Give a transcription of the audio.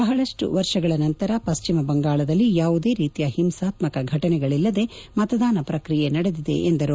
ಬಹಳಷ್ಟು ವರ್ಷಗಳ ನಂತರ ಪಶ್ಚಿಮ ಬಂಗಾಳದಲ್ಲಿ ಯಾವುದೇ ರೀತಿಯ ಹಿಂಸಾತ್ಮಕ ಫಟನೆಗಳಿಲ್ಲದೆ ಮತದಾನ ಪ್ರಕ್ರಿಯೆ ನಡೆದಿದೆ ಎಂದರು